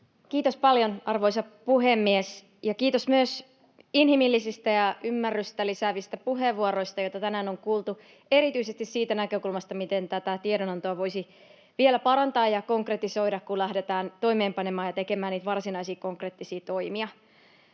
Kiitos paljon, arvoisa puhemies! Ja kiitos myös inhimillisistä ja ymmärrystä lisäävistä puheenvuoroista, joita tänään on kuultu erityisesti siitä näkökulmasta, miten tätä tiedonantoa voisi vielä parantaa ja konkretisoida, kun lähdetään toimeenpanemaan ja tekemään niitä varsinaisia konkreettisia toimia.